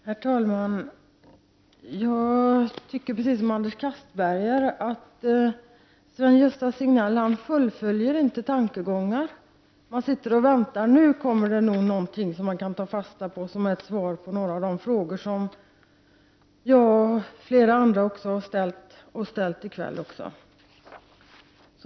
Herr talman! Precis som Anders Castberger tycker jag inte att Sven-Gösta Signell fullföljer tankegångarna, Man sitter och väntar och tror att det skall komma någonting som man kan ta fasta på eller som är ett svar på några av de frågor jag m.fl. tidigare har ställt — och ställt även i kväll.